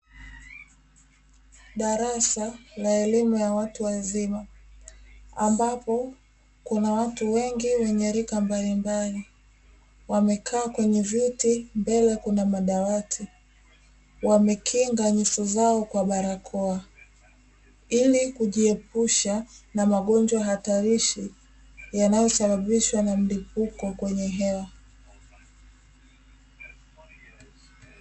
Darasa la elimu ya watu wazima, ambapo kuna watu wengi wenye rika mbalimbali, wamekaa kwenye viti mbele kuna madawati, wamekinga nyuso zao kwa barakoa ili kujiepusha na magonjwa hatarishi yanayosababishwa na mlipuko kwenye hewa.